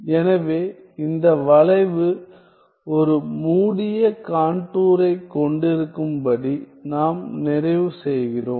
எனவே இந்த வளைவு ஒரு மூடிய கான்டூரைக் கொண்டிருக்கும்படி நாம் நிறைவு செய்கிறோம்